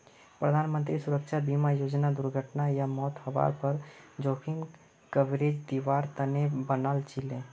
प्रधानमंत्री सुरक्षा बीमा योजनाक दुर्घटना या मौत हवार पर जोखिम कवरेज दिवार तने बनाल छीले